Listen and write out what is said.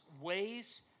ways